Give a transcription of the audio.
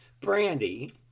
Brandy